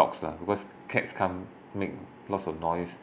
dogs lah because cats can't make lots of noise